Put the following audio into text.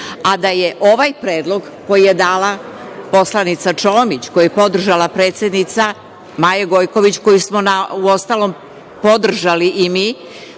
a da je ovaj predlog koji je dala poslanica Čomić, koji je podržala predsednica Maja Gojković, koji smo uostalom podržali i mi